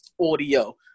audio